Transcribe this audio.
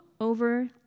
over